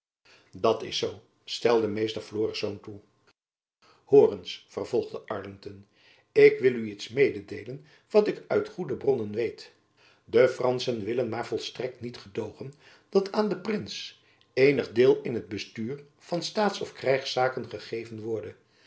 dat is zoo stemde meester elorisz toe hoor eens vervolgde arlington ik wil u iets mededeelen wat ik uit goede bronnen weet de franschen willen maar volstrekt niet gedoogen dat aan jacob van lennep elizabeth musch den prins eenig deel in het bestuur van staats of krijgszaken gegeven worde